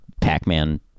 Pac-Man